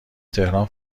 تهران